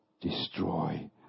destroy